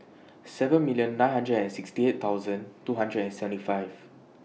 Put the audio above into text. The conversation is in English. seven million nine hundred and sixty eight thousand two hundred and seventy five